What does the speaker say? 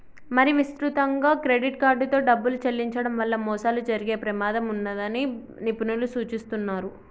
మరీ విస్తృతంగా క్రెడిట్ కార్డుతో డబ్బులు చెల్లించడం వల్ల మోసాలు జరిగే ప్రమాదం ఉన్నదని నిపుణులు సూచిస్తున్నరు